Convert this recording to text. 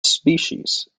species